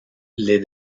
les